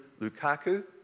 Lukaku